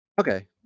okay